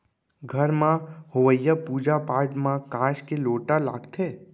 घर म होवइया पूजा पाठ म कांस के लोटा लागथे